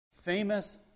Famous